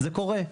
זה קורה.